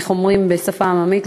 איך אומרים בשפה עממית?